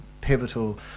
pivotal